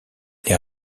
les